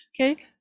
Okay